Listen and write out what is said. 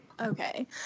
Okay